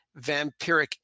vampiric